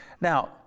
Now